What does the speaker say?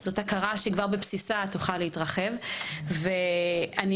אז זו הכרה שתוכל להתרחב כבר בבסיסה.